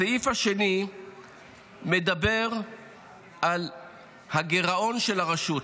הסעיף השני מדבר על הגירעון של הרשות.